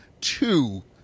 two